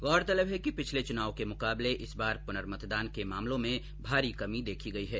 गौरतलब है कि पिछले चुनावों के मुकाबले इस बार पुनर्मतदान के मामलों में भारी कमी देखी गई है